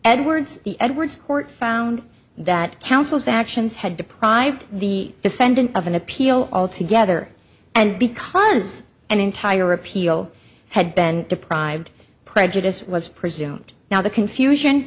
edwards the edwards court found that councils actions had deprived the defendant of an appeal altogether and because an entire appeal had been deprived prejudice was presumed now the confusion